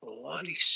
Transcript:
bloody